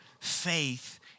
faith